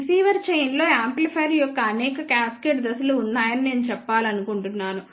receiver చైన్లో amplifier యొక్క అనేక క్యాస్కేడ్ దశలు ఉన్నాయని నేను చెప్పాలనుకుంటున్నాను